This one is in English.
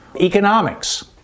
economics